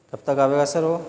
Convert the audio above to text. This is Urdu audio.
کب تک آئے گا سر ہو